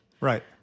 right